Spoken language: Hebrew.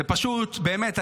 זה פשוט באמת,